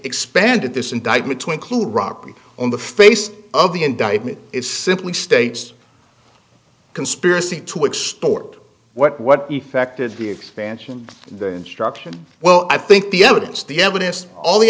expanded this indictment twinkly robbie on the face of the indictment is simply states conspiracy to extort what what effectively expansion the instruction well i think the evidence the evidence all the